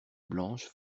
blanches